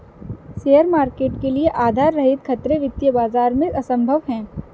share market के लिये आधार रहित खतरे वित्तीय बाजार में असम्भव हैं